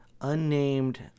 unnamed